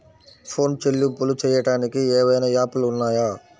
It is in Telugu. ఫోన్ చెల్లింపులు చెయ్యటానికి ఏవైనా యాప్లు ఉన్నాయా?